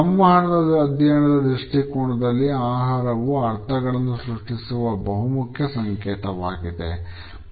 ಸಂವಹನದ ಅಧ್ಯಯನದ ದೃಷ್ಟಿಕೋನದಲ್ಲಿ ಆಹಾರವು ಅರ್ಥಗಳನ್ನು ಸೃಷ್ಟಿಸುವ ಬಹುಮುಖ್ಯ ಸಂಕೇತವಾಗಿದೆ